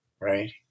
right